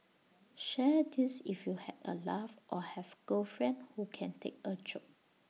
share this if you had A laugh or have girlfriend who can take A joke